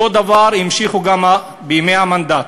אותו דבר המשיכו גם בימי המנדט.